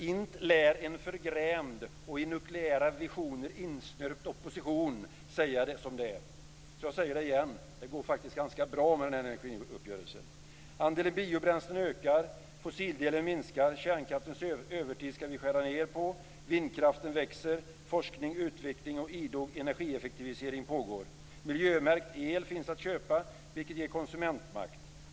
Int' lär en förgrämd och av nukleära visioner insnöpt opposition säga som det är, så jag säger det igen: Det går faktiskt ganska bra med energiuppgörelsen. Andelen biobränsle ökar. Fossildelen minskar. Vi skall skära ned på kärnkraftens övertid. Vindkraften växer. Forskning, utveckling och idog energieffektivisering pågår. Miljömärkt el finns att köpa, vilket ger konsumentmakt.